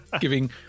giving